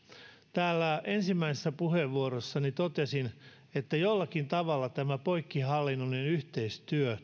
täällä ensimmäisessä puheenvuorossani totesin että jollakin tavalla tulisi uudistaa tämä poikkihallinnollinen yhteistyö